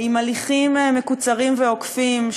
עם הליכים מקוצרים ועוקפים,